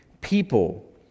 people